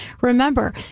Remember